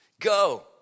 go